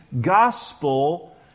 gospel